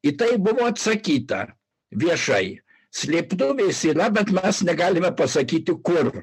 į tai buvo atsakyta viešai slėptuvės yra bet mes negalime pasakyti kur